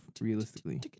realistically